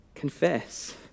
Confess